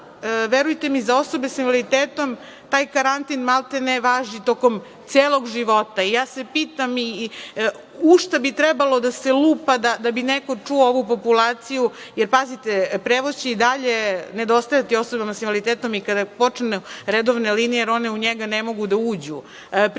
šerpe. Verujte mi, za osobe sa invaliditetom, taj karantin maltene važi tokom celog života. I ja se pitam u šta bi trebalo da se lupa da bi neko čuo ovu populaciju? Jer, pazite, prevoz će i dalje nedostajati osobama sa invaliditetom i kada počnu redovne linije, jer one u njega ne mogu da uđu.